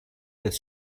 des